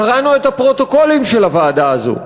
קראנו את הפרוטוקולים של הוועדה הזאת,